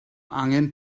angen